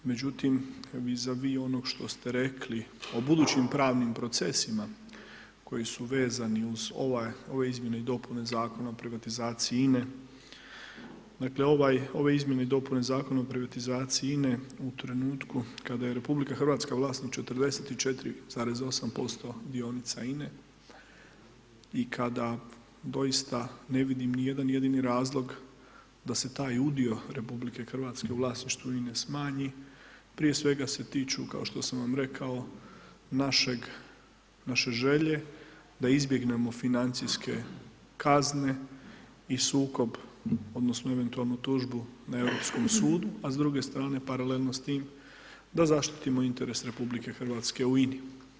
Međutim, vi za vi onog što ste rekli o budućim pravnim procesima koji su vezani uz ove izmjene i dopune Zakona o privatizaciji INA-e, dakle, ove izmjene i dopune Zakona o privatizaciji INA-e u trenutku kada je RH vlasnik 44,8% dionica INA-e i kada doista ne vidim ni jedan jedini razlog da se taj udio RH u vlasništvu INA-e smanji, prije svega se tiču, kao što sam vam rekao, naše želje da izbjegnemo financijske kazne i sukob odnosno eventualno tužbu na Europskog sudu, a s druge strane, paralelno s tim, da zaštitimo interes RH u INA-i.